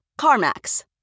CarMax